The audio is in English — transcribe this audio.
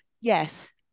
Yes